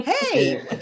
hey